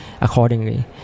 accordingly